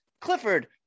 Clifford